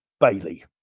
Bailey